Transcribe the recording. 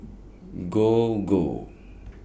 Gogo